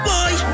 Boy